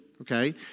Okay